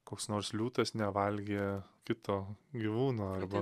koks nors liūtas nevalgė kito gyvūno arba